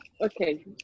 Okay